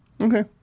okay